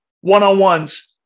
one-on-ones